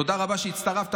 תודה רבה שהצטרפת,